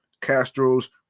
Castro's